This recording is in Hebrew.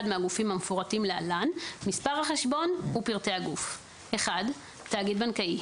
מהגופים המפורטים להלן מספר החשבון ופרטי הגוף: תאגיד בנקאי.